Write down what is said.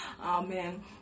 amen